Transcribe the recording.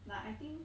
like I think